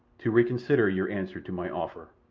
to reconsider your answer to my offer.